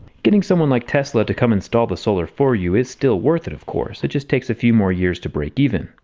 getting someone like tesla to come install the solar for you is still worth it of course, it just takes a few more years to break even.